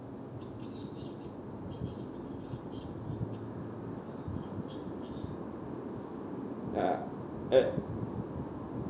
ya that